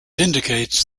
indicates